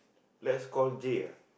let's call J ah